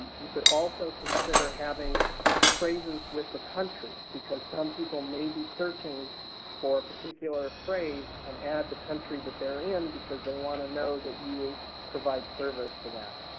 you could also consider having phrases with the country, because some people may be searching for a particular phrase and add the country that theyire in because they want to know that you provide service for that.